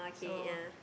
so